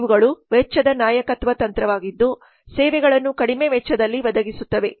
ಇವುಗಳು ವೆಚ್ಚದ ನಾಯಕತ್ವ ತಂತ್ರವಾಗಿದ್ದು ಸೇವೆಗಳನ್ನು ಕಡಿಮೆ ವೆಚ್ಚದಲ್ಲಿ ಒದಗಿಸುತ್ತದೆ